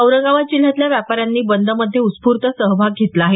औरंगाबाद जिल्ह्यातल्या व्यापाऱ्यांनी बंद मध्ये उत्स्फूर्त सहभाग घेतला आहे